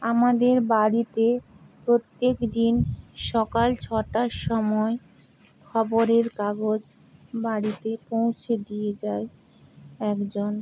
আমাদের বাড়িতে প্রত্যেক দিন সকাল ছটার সময় খবরের কাগজ বাড়িতে পৌঁছে দিয়ে যায় একজন